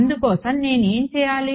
అందుకోసం నేను ఏమి చేయాలి